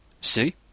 See